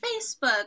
Facebook